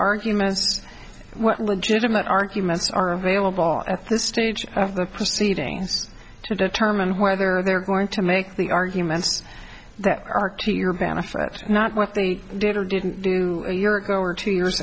arguments what legitimate arguments are available at this stage of the proceedings to determine whether they're going to make the arguments that are key to your benefit not what they did or didn't do a year ago or two years